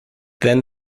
then